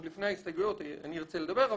עוד לפני ההסתייגויות אני ארצה לדבר,